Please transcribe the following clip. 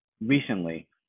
recently